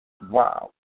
wow